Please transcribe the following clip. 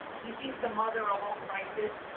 this is the mother of all crises.